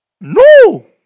No